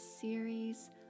series